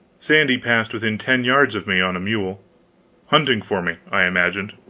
sandy passed within ten yards of me on a mule hunting for me, i imagined.